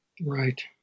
Right